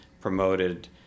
promoted